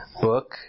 book